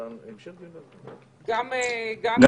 בגלל שהנושא לא